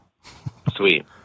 Sweet